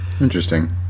Interesting